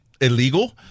illegal